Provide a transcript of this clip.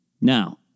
Now